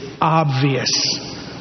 obvious